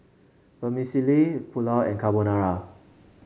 Vermicelli Pulao and Carbonara